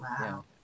Wow